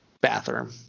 Bathroom